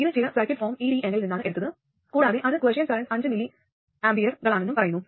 ഇത് ചില circuit form EDN ൽ നിന്നാണ് എടുത്തത് കൂടാതെ അത് ക്വിസന്റ് കറന്റ് അഞ്ച് മില്ലി ആംപിയറുകളാണെന്നും പറയുന്നു